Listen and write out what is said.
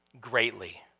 greatly